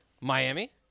Miami